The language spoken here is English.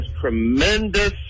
tremendous